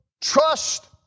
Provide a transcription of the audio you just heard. Trust